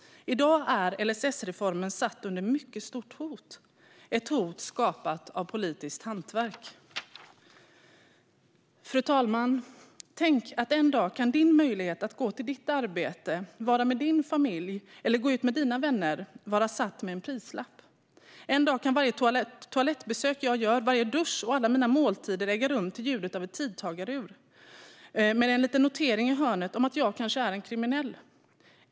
I dag är LSS-reformen satt under mycket stort hot, ett hot skapat av politiskt hantverk. Tänk dig att en dag kan din möjlighet att gå till ditt arbete, vara med din familj eller gå ut med dina vänner vara prissatt. En dag kan varje toalettbesök som jag gör och varje dusch och alla mina måltider äga rum till ljudet av ett tidtagarur och med en liten notering i hörnet om att jag kanske är en kriminell.